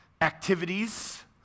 activities